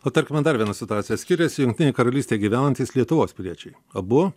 o tarkime dar viena situacija skiriasi jungtinėj karalystėj gyvenantys lietuvos piliečiai abu